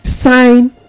Sign